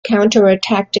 counterattacked